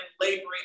laboring